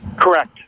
Correct